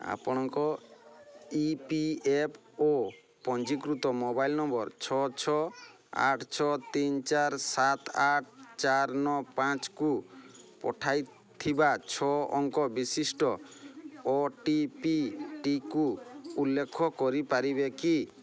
ଆପଣଙ୍କ E P F O ପଞ୍ଜୀକୃତ mobile number ଛଅ ଛଅ ଆଠ ଛଅ ତିନ ଚାର ସାତ ଆଠ ଚାର ନଅ ପାଞ୍ଚକୁ ପଠାଇଥିବା ଛଅ ଅଙ୍କ ବିଶିଷ୍ଟ ଓଟିପିଟିକୁ ଉଲ୍ଲେଖ କରିପାରିବେ କି